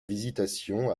visitation